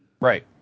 Right